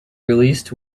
released